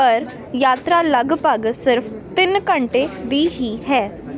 ਪਰ ਯਾਤਰਾ ਲੱਗਭੱਗ ਸਿਰਫ਼ ਤਿੰਨ ਘੰਟੇ ਦੀ ਹੀ ਹੈ